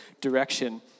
direction